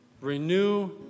renew